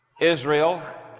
Israel